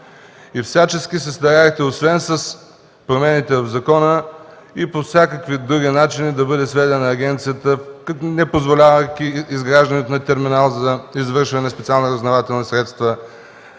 И всячески се стараехте, освен чрез промените в закона, и по всякакви други начини да бъде сведена агенцията, като не позволявахте изграждането на терминал за извършване на специални разузнавателни средства,